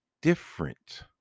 different